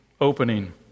opening